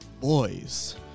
boys